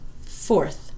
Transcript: Fourth